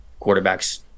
quarterbacks